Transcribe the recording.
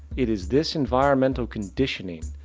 it is this enviromental conditioning,